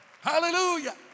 Hallelujah